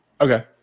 Okay